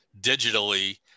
digitally